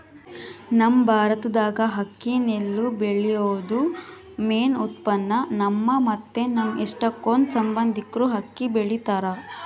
ನಮ್ ಭಾರತ್ದಾಗ ಅಕ್ಕಿ ನೆಲ್ಲು ಬೆಳ್ಯೇದು ಮೇನ್ ಉತ್ಪನ್ನ, ನಮ್ಮ ಮತ್ತೆ ನಮ್ ಎಷ್ಟಕೊಂದ್ ಸಂಬಂದಿಕ್ರು ಅಕ್ಕಿ ಬೆಳಿತಾರ